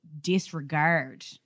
disregard